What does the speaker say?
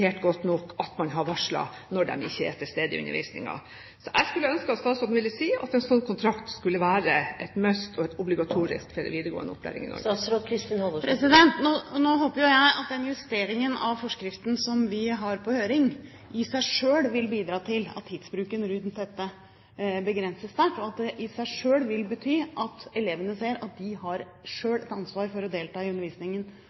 godt nok at man har varslet når de ikke er til stede i undervisningen. Jeg skulle ønske at statsråden ville si at en slik kontrakt skulle være et must, og obligatorisk for videregående opplæring i Norge. Nå håper jeg at den justeringen av forskriften som vi har på høring, i seg selv vil bidra til at tidsbruken rundt dette begrenses sterkt, og at det i seg selv vil bety at elevene ser at de selv har